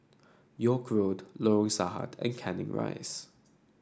York Road Lorong Sahad and Canning Rise